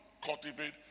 cultivate